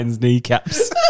kneecaps